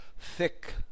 thick